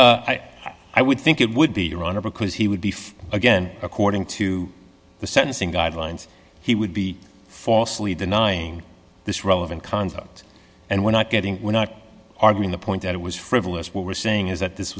i would think it would be your honor because he would beef again according to the sentencing guidelines he would be falsely denying this relevant conduct and we're not getting we're not arguing the point that it was frivolous what we're saying is that this